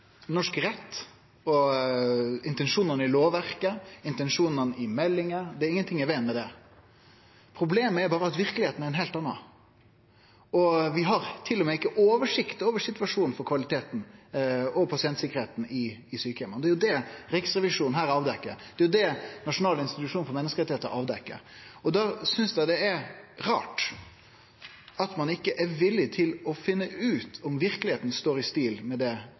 ingenting i vegen med det. Problemet er berre at verkelegheita er noko heilt anna. Vi har ikkje eingong oversikt over situasjonen for kvaliteten og pasientsikkerheita i sjukeheimane. Det er det Riksrevisjonen har avdekt, det er det den nasjonale institusjonen for menneskerettar har avdekt. Da synest eg det er rart at ein ikkje er villig til å finne ut om verkelegheita står i stil med det